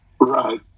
Right